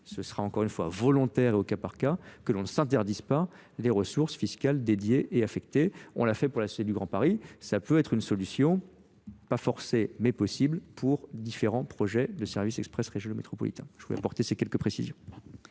ce sera encore une fois volontaire et au cas par cas que l'on ne s'interdisent pas les ressources fiscales dédiées et affectées on l'a fait pour la série du Grand Paris. cela peut être une solution pas forcé mais possible pour différents projets de service express, région métropolitain Je voulais apporter le Ministre, nous